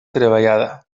treballada